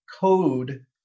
code